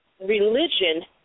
religion